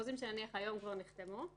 חוזים שהיום כבר נחתמו,